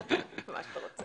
במה שאתה רוצה.